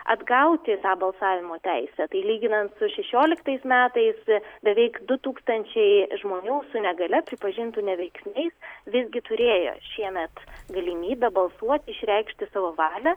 atgauti tą balsavimo teisę tai lyginant su šešioliktais metais beveik du tūkstančiai žmonių su negalia pripažintų neveiksniais visgi turėjo šiemet galimybę balsuoti išreikšti savo valią